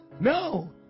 No